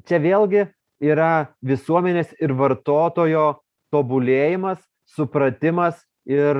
čia vėlgi yra visuomenės ir vartotojo tobulėjimas supratimas ir